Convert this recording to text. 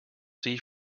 see